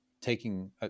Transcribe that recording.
taking